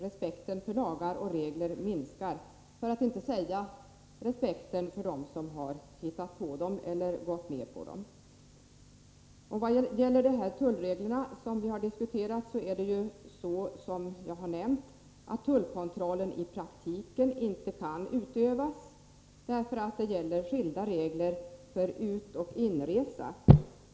Respekten för lagar och regler minskar — för att inte säga respekten för dem som har hittat på dem eller gått med på dem. I vad gäller de tullregler som vi har diskuterat nu är det så, som jag har nämnt, att tullkontrollen i praktiken inte kan utövas, därför att det gäller skilda regler för utoch inresa.